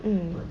mm